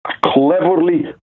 cleverly